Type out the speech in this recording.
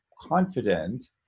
confident